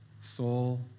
soul